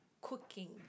cooking